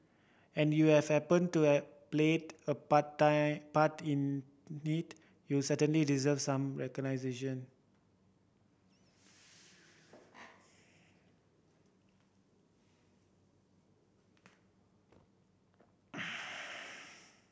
and you have happened to have played a part time part in it you certainly deserve some recognition